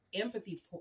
empathy